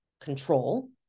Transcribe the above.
control